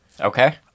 Okay